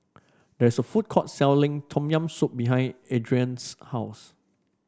there is a food court selling Tom Yam Soup behind Adriene's house